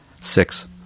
Six